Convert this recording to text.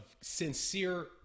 sincere